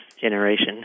generation